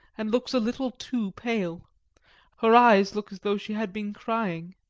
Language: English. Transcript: and looks a little too pale her eyes look as though she had been crying.